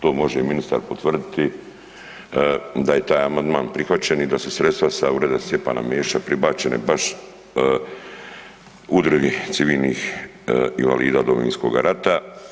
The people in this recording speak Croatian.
To može i ministar potvrditi da je taj amandman prihvaćen i da su sredstava sa Ureda Stjepana Mesića prebačena baš Udruzi civilnih invalida Domovinskoga rata.